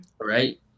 right